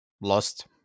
lost